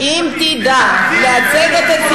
אם תדע לייצג את הציבור שלך,